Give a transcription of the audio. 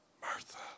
Martha